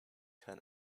can